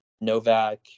novak